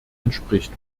entspricht